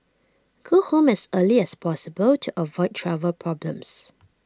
go home as early as possible to avoid travel problems